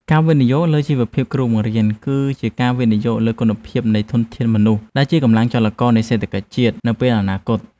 ការវិនិយោគលើជីវភាពគ្រូបង្រៀនគឺជាការវិនិយោគលើគុណភាពនៃធនធានមនុស្សដែលជាកម្លាំងចលករនៃសេដ្ឋកិច្ចជាតិ នៅពេលអនាគត។